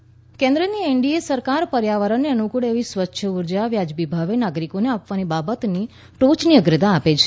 ધર્મેન્ન પ્રધાન કેન્મની એનડીએ સરકાર પર્યાવરણને અનુકૂળ એવી સ્વચ્છ ઉર્જા વાજબી ભાવે નાગરિકોને આપવાની બાબતને ટોચની અગ્રતા આપે છે